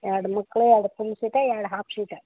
ಎರಡು ಮಕ್ಕಳು ಎರಡು ಫುಲ್ ಸೀಟ ಎರಡು ಹಾಫ್ ಸೀಟ